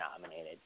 nominated